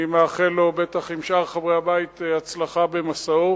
אני מאחל לו, בטח עם שאר חברי הבית, הצלחה במסעו.